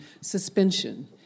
suspension